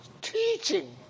teaching